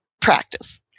practice